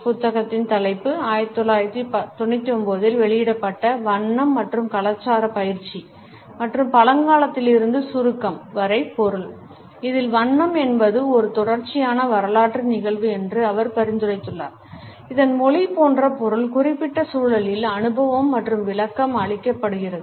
புத்தகத்தின் தலைப்பு 1999 இல் வெளியிடப்பட்ட வண்ணம் மற்றும் கலாச்சார பயிற்சி மற்றும் பழங்காலத்திலிருந்து சுருக்கம் வரை பொருள் இதில் வண்ணம் என்பது ஒரு தொடர்ச்சியான வரலாற்று நிகழ்வு என்று அவர் பரிந்துரைத்துள்ளார் இதன் மொழி போன்ற பொருள் குறிப்பிட்ட சூழலில் அனுபவம் மற்றும் விளக்கம் அளிக்கப்படுகிறது